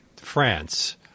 France